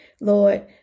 Lord